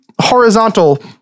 horizontal